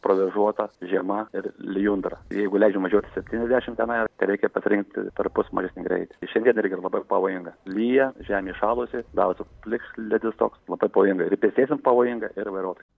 provėžuota žiema ir lijundra ir jeigu leidžia važiuoti septyniasdešim tenai tai reikia pasirinkti perpus mažesnį greitį šiandien irgi yra labai pavojinga lyja žemė įšalusi darosi plikledis toks labai pavojinga ir pėstiesiems pavojinga ir vairuotoja